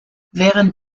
während